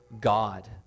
God